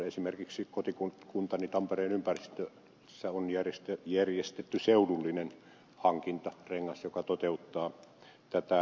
esimerkiksi kotikuntani tampereen ympäristössä on järjestetty seudullinen hankintarengas joka toteuttaa tätä